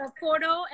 photo